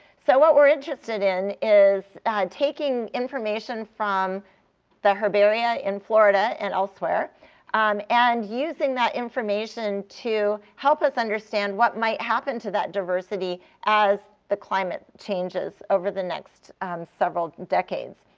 so what we're interested in is taking information from the herbaria in florida and elsewhere um and using that information to help us understand what might happen to that diversity as the climate changes over the next several decades.